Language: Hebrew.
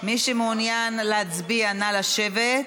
מי שמעוניין להצביע, נא לשבת.